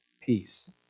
peace